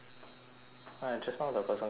!hais! just now the person come and scold me